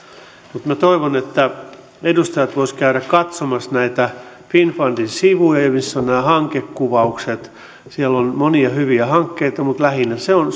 tehdään minä toivon että edustajat voisivat käydä katsomassa näitä finnfundin sivuja missä ovat nämä hankekuvaukset siellä on monia hyviä hankkeita mutta lähinnä se on